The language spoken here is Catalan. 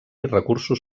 recursos